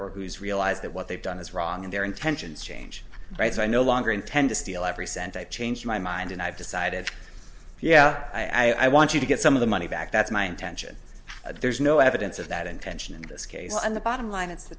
or whose realize that what they've done is wrong and their intentions change right so i no longer intend to steal every cent i changed my mind and i've decided yeah i want you to get some of the money back that's my intention there's no evidence of that intention in this case and the bottom line it's t